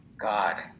God